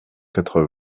quatre